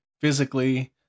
physically